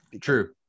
True